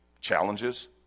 challenges